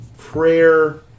Prayer